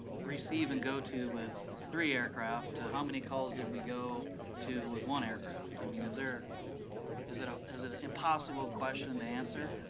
receive and go to with three aircraft? how many calls did we go to with one aircraft? i mean, is there is it ah an impossible question to answer?